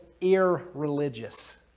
irreligious